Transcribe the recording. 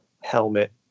helmet